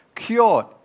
Cured